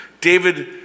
David